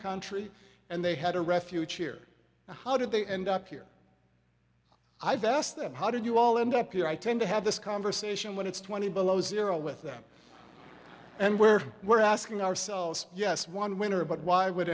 country and they had a refuge here how did they end up here i've asked them how did you all end up here i tend to have this conversation when it's twenty below zero with them and where we're asking ourselves yes one winter but why would